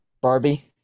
Barbie